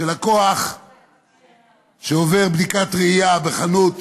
שלקוח שעובר בדיקת ראייה בחנות